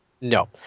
No